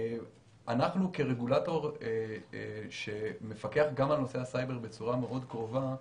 אנחנו כרגולטור שמפקח גם על נושא הסייבר בצורה מאוד קרובה,